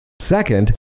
Second